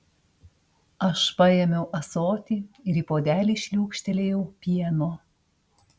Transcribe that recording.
aš paėmiau ąsotį ir į puodelį šliūkštelėjau pieno